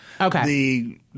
Okay